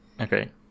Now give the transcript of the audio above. okay